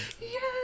Yes